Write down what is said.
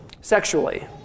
sexually